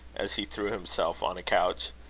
as he threw himself on a couch,